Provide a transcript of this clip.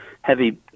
heavy